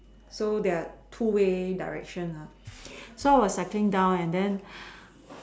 so there are two way direction lah so I was cycling down and then